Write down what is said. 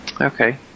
Okay